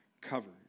covered